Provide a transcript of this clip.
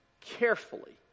carefully